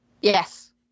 Yes